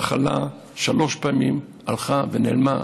המחלה שלוש פעמים הלכה ונעלמה,